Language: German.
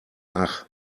ach